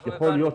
אנחנו הבנו.